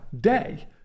day